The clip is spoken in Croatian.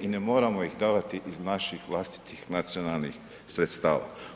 i ne moramo ih davati iz naših vlastitih nacionalnih sredstava.